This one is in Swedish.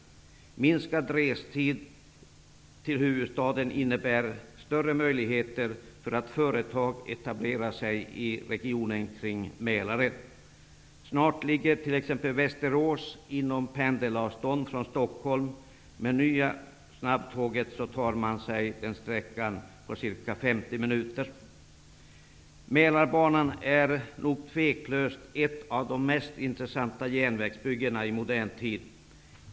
Minskad restid till huvudstaden innebär större möjligheter för företag att etablera sig i regionen kring Mälaren. Snart ligger t.ex. Västerås inom pendelavstånd till Stockholm. Med det nya snabbtåget tar man sig den sträckan på ca 50 minuter. Mälarbanan är nog tveklöst ett av de mest intressanta järnvägsbyggena i modern tid.